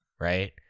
right